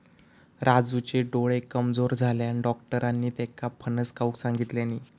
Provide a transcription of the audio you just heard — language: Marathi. राजूचे डोळे कमजोर झाल्यानं, डाक्टरांनी त्येका फणस खाऊक सांगितल्यानी